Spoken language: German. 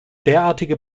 derartige